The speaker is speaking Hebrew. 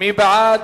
מי בעד?